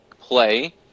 play